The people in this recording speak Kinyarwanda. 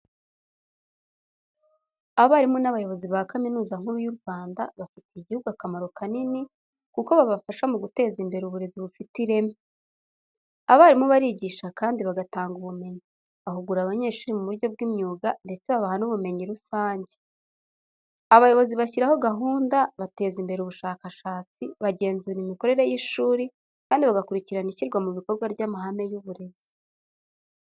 Abarimu n’abayobozi ba Kaminuza Nkuru y’u Rwanda, bafitiye igihugu akamaro kanini kuko bafasha mu guteza imbere uburezi bufite ireme. Abarimu barigisha kandi bagatanga ubumenyi, bahugura abanyeshuri mu buryo bw’imyuga ndetse babaha n’ubumenyi rusange. Abayobozi bashyiraho gahunda, bateza imbere ubushakashatsi, bagenzura imikorere y’ishuri, kandi bagakurikirana ishyirwa mu bikorwa ry’amahame y’uburezi.